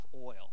oil